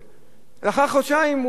לאחר חודשיים הוא הפסיק עם זה,